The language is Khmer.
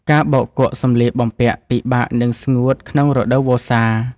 ការបោកគក់សម្លៀកបំពាក់ពិបាកនឹងស្ងួតក្នុងរដូវវស្សា។